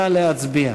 נא להצביע.